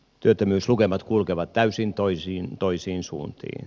työttömyyslukemat kulkevat täysin toisiin suuntiin